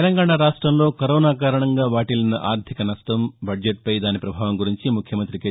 తెలంగాణా రాష్టంలో కరోనా కారణంగా వాటిల్లిన ఆర్థిక నష్టం బడ్షెట్ పై దాని ప్రభావం గురించి ముఖ్యమంత్రి కె